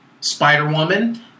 Spider-Woman